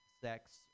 sex